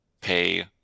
pay